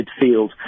midfield